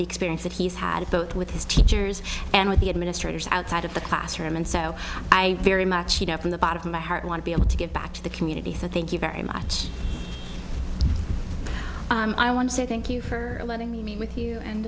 the experience that he's had both with his teachers and with the administrators outside of the classroom and so i very much enough in the pot of my heart want to be able to get back to the community thank you very much i want to say thank you for letting me meet with you and